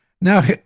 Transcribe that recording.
Now